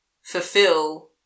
fulfill